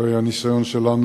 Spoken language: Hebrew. הרי הניסיון שלנו,